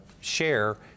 share